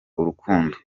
urukundo